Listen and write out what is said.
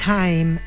time